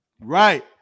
Right